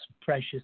precious